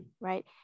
right